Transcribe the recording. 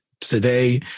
today